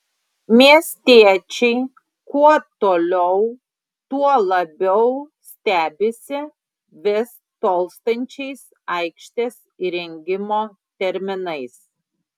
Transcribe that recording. miestiečiai kuo toliau tuo labiau stebisi vis tolstančiais aikštės įrengimo terminais